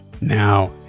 Now